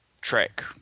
trick